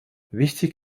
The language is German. wichtig